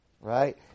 right